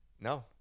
No